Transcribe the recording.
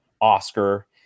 oscar